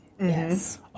Yes